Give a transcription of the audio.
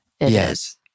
yes